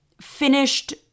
finished